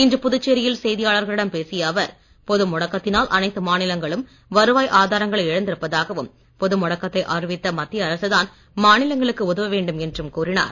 இன்று புதுச்சேரியில் செய்தியாளர்களிடம் பேசிய அவர் பொது முடக்கத்தினால் அனைத்து மாநிலங்களும் வருவாய் ஆதாரங்களை இழந்திருப்பதாகவும் பொது முடக்கத்தை அறிவித்த மத்திய அரசுதான் மாநிலங்களுக்கு உதவ வேண்டும் என்றும் கூறினார்